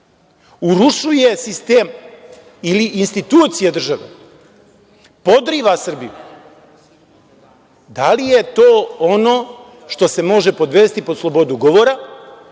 urušava sistem ili institucije države, podriva Srbiju, da li je to ono što se može podvesti pod slobodu govora,